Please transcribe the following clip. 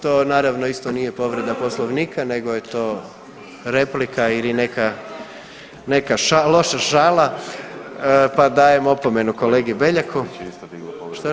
To naravno isto nije povreda Poslovnika nego je to replika ili neka loša šala, pa dajem opomenu kolegi Beljaku. … [[Upadica Grbin, ne razumije se.]] Što?